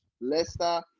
Leicester